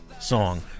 Song